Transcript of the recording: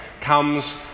comes